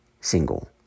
single